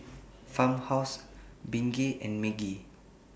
Farmhouse Bengay and Maggi